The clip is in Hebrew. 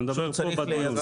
אני מדבר פה בדיון,